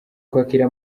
kwakira